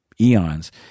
eons